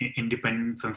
independence